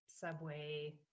Subway